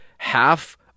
Half